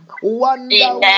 Wonder